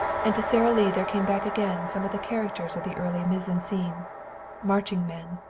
and to sara lee there came back again some of the characters of the early mise en scene marching men,